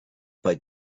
bei